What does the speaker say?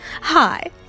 hi